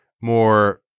more